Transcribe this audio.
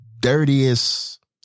Dirtiest